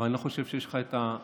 אבל אני לא חושב שיש לך את היכולת